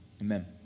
Amen